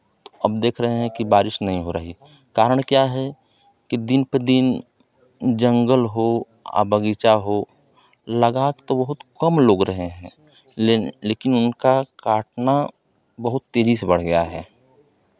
अब देख रहे हैं कि बारिश नहीं हो रही है कारण क्या है कि दिन पर दिन जंगल हो या बगीचा हो लगा तो बहुत कम लोग रहे हैं ले लेकिन इनका काटना बहुत तेजी से बढ़ गया है